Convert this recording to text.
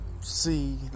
see